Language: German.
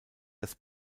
das